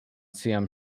siam